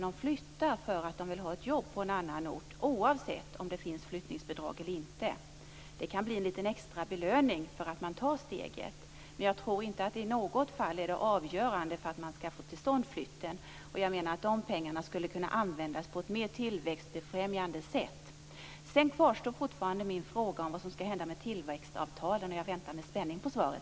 De flyttar därför att de vill ha ett jobb på en annan ort, oavsett om det finns flyttningsbidrag eller inte. Bidraget kan bli en extra belöning för att man tar steget, men jag tror inte att det i något fall är det avgörande för att flytten skall komma till stånd. Jag menar att de pengarna skulle kunna användas på ett mer tillväxtbefrämjande sätt. Min fråga om vad som skall hända med tillväxtavtalen kvarstår fortfarande. Jag väntar med spänning på svaret.